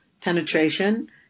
penetration